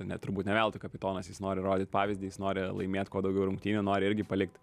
ne turbūt neveltui kapitonas jis nori rodyti pavyzdį jis nori laimėt kuo daugiau rungtynių nori irgi palikt